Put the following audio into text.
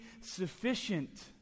sufficient